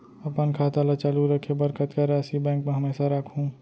अपन खाता ल चालू रखे बर कतका राशि बैंक म हमेशा राखहूँ?